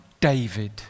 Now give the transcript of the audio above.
David